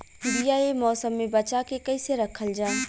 बीया ए मौसम में बचा के कइसे रखल जा?